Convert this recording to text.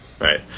Right